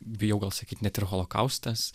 bijau gal sakyt net ir holokaustas